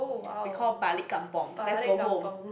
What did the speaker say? we call balik kampung let's go home